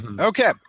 Okay